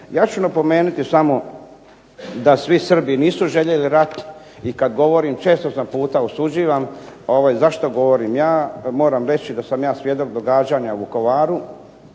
Ja ću napomenuti samo da svi Srbi nisu željeli rat i kad govorim, često sam puta osuđivan zašto govorim. Ja moram reći da sam ja svjedok događanja u Vukovaru